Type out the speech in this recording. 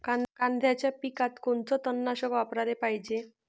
कांद्याच्या पिकात कोनचं तननाशक वापराले पायजे?